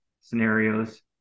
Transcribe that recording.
scenarios